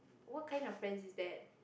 what kind of friends is that